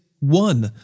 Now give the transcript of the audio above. one